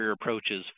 approaches